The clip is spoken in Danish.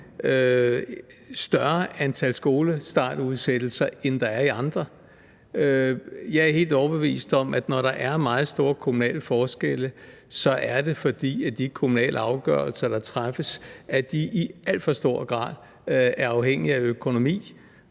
større antal skolestartudsættelser, end der er i andre. Jeg er helt overbevist om, at det, når der er meget store kommunale forskelle, så er, fordi de kommunale afgørelser, der træffes, i alt stor grad er afhængige af økonomi,